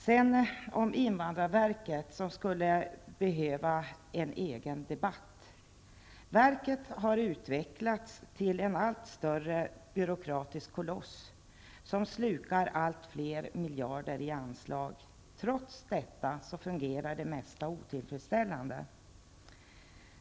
Frågan om invandrarverket skulle egentligen behöva en egen debatt. Verket har utvecklats till en allt större byråkratisk koloss, som slukar allt fler miljarder i anslag. Trots detta fungerar det mesta otillfredsställande.